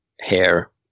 Hair